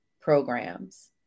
programs